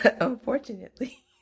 Unfortunately